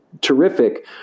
terrific